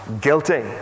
guilty